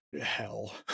hell